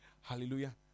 Hallelujah